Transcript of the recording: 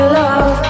love